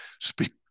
speak